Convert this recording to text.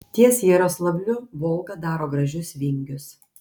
ties jaroslavliu volga daro gražius vingius